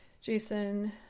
Jason